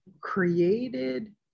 created